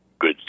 good